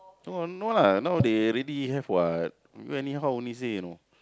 no no lah nowaday already have what you anyhow only say you know